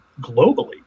globally